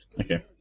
Okay